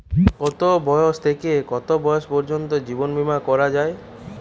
কতো বয়স থেকে কত বয়স পর্যন্ত জীবন বিমা করা যায়?